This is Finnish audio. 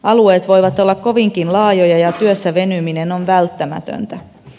alueet voivat olla kovinkin laajoja ja työssä venyminen on välttämätöntä